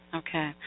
okay